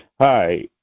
Hi